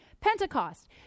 Pentecost